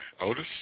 Otis